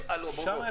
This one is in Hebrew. בוא.